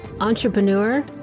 entrepreneur